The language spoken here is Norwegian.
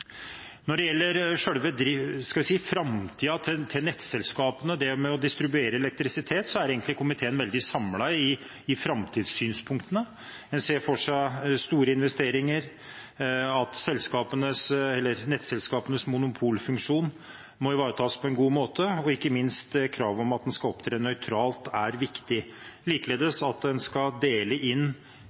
Når det gjelder framtiden til nettselskapene og dette med å distribuere elektrisitet, står komiteen egentlig veldig samlet om framtidssynspunktene. En ser for seg store investeringer og at nettselskapenes monopolfunksjon må ivaretas på en god måte. Ikke minst er kravet om at en skal opptre nøytralt, viktig, likeledes en tanke om at en skal dele inn